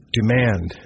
demand